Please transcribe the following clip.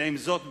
ועם זאת יחד,